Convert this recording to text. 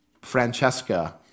Francesca